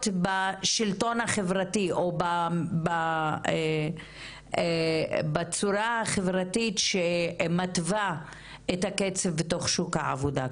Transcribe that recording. בשלטון החברתי או בצורה החברתית שמתווה את הקצב בתוך שוק העבודה,